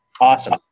awesome